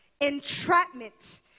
Entrapment